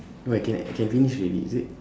why can can finish already is it